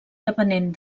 depenent